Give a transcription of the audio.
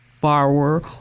borrower